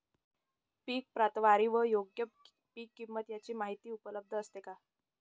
पीक प्रतवारी व योग्य पीक किंमत यांची माहिती उपलब्ध असते का?